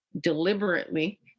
deliberately